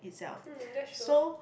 mm that's true